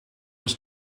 was